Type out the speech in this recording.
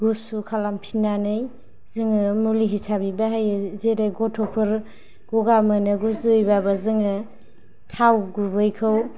गुसु खालामफिननानै जोङो मुलि हिसाबै बाहायो जेरै गथ'फोर गगा मोनो गुजुयोबाबो जोङो थाव गुबैखौ